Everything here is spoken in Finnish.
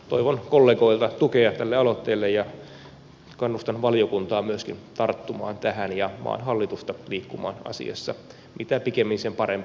toivon kollegoilta tukea tälle aloitteelle ja kannustan valiokuntaa myöskin tarttumaan tähän ja maan hallitusta liikkumaan asiassa mitä pikemmin sen parempi